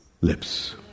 lips